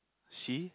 she